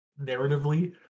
narratively